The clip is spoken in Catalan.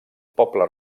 poble